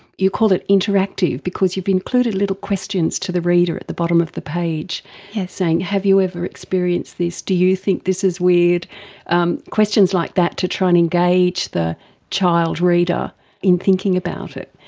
you call it interactive because you've included little questions to the reader at the bottom of the page saying have you ever experienced this, do you think this is um questions like that to try and engage the child reader in thinking about it.